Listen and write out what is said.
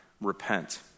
repent